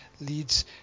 leads